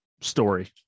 story